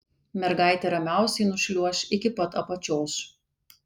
mergaitė ramiausiai nušliuoš iki pat apačios